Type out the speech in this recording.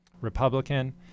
Republican